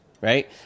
right